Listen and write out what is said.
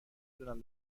دونم